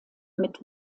mit